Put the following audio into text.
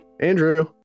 Andrew